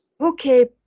Okay